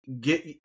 get